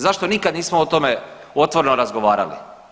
Zašto nikad nismo o tome otvoreno razgovarali?